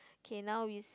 okay now is